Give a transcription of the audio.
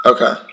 Okay